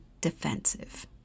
defensive